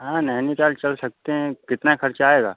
हाँ नैनीताल चल सकते हैं कितना ख़र्चा आएगा